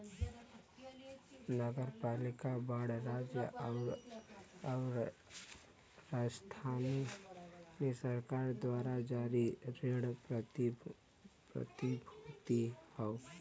नगरपालिका बांड राज्य आउर स्थानीय सरकार द्वारा जारी ऋण प्रतिभूति हौ